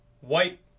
white